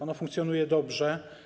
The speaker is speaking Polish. Ono funkcjonuje dobrze.